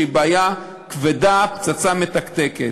שיקבל פחות,